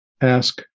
Ask